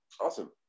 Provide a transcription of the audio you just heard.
awesome